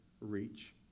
reach